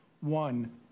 One